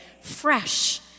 fresh